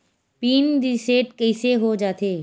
Pin reset कइसे हो जाथे?